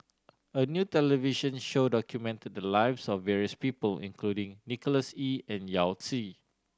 a new television show documented the lives of various people including Nicholas Ee and Yao Zi